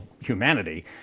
humanity